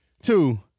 two